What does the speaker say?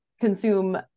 consume